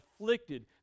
afflicted